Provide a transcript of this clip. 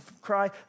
cry